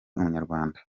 umunyarwanda